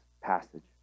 passage